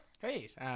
Great